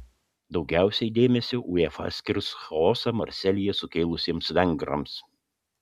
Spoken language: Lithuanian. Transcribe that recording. daugiausiai dėmesio uefa skirs chaosą marselyje sukėlusiems vengrams